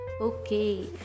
Okay